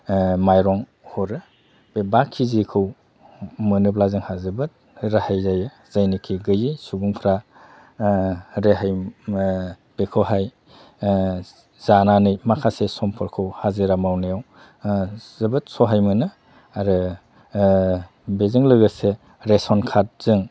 माइरं हरो बे बा केजिखौ मोनोब्ला जोंहा जोबोद रेहाय जायो जायनिखि गैयै सुबुंफ्रा रेहाय बेखौहाय जानानै माखासे समफोरखौ हाजिरा मावनायाव जोबोद सहाय मोनो आरो बेजों लोगोसे रेसन कार्डजों